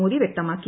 മോദി വ്യക്തമാക്കി